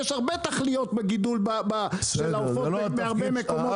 יש הרבה תכליות מעבר לגידול של העופות בהרבה מקומות בכל הארץ.